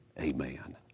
amen